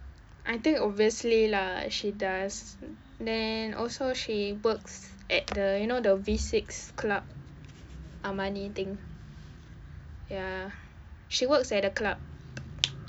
I think obviously lah she does and also she works at the you know the V six club armani thing ya she works at a club